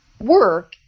work